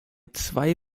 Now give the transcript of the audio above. zwei